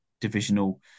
Divisional